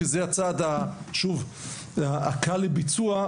כי זה הצעד הקל לביצוע,